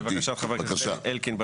כן, בבקשה חבר הכנסת אלקין.